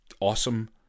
awesome